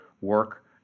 work